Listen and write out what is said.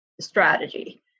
Strategy